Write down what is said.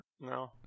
No